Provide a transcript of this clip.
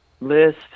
list